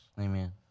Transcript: Amen